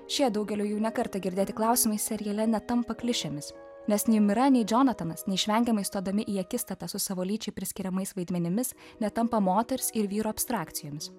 šie daugeliui jau ne kartą girdėti klausimai seriale netampa klišėmis nes nei mira nei džonatanas neišvengiamai stodami į akistatą su savo lyčiai priskiriamais vaidmenimis netampa moters ir vyro abstrakcijomis